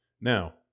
now